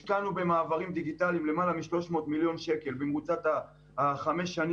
השקענו במעברים דיגיטליים למעלה מ-300 מיליון שקל במרוצת חמש השנים